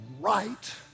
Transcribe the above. right